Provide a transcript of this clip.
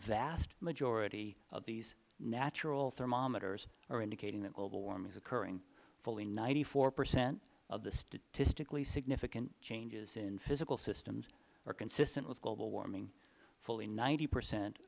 vast majority of these natural thermometers are indicating that global warming is occurring fully ninety four percent of the statistically significant changes in physical systems are consistent with global warming fully ninety percent